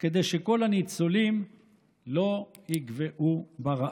כדי שכל הניצולים לא יגוועו ברעב.